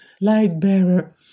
light-bearer